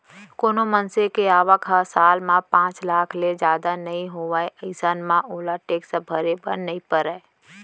कोनो मनसे के आवक ह साल म पांच लाख ले जादा नइ हावय अइसन म ओला टेक्स भरे बर नइ परय